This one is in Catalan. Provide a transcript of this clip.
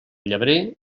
llebrer